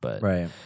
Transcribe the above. Right